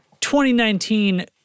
2019